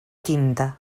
tinta